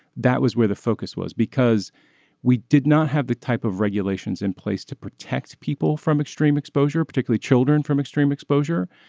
that was where the focus was because we did not have the type of regulations in place to protect people from extreme exposure particularly children from extreme exposure.